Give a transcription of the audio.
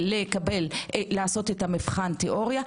לעשות את מבחן התיאוריה,